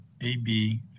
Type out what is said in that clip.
AB